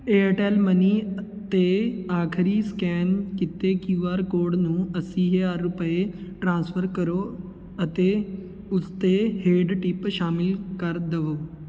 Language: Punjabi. ਏਅਰਟੈੱਲ ਮਨੀ 'ਤੇ ਆਖਰੀ ਸਕੈਨ ਕੀਤੇ ਕਿਯੂ ਆਰ ਕੋਡ ਨੂੰ ਅੱਸੀ ਹਜ਼ਾਰ ਰੁਪਏ ਟ੍ਰਾਂਸਫਰ ਕਰੋ ਅਤੇ ਉਸ ਦੇ ਹੇਠ ਟਿਪ ਸ਼ਾਮਿਲ ਕਰ ਦਵੋ